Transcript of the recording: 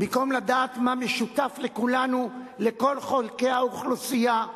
במקום לדעת מה משותף לכולנו, לכל חלקי האוכלוסייה,